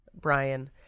Brian